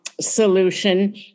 solution